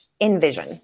envision